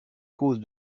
cause